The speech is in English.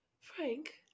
Frank